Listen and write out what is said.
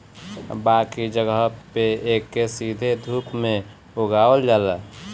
बाकी जगह पे एके सीधे धूप में उगावल जाला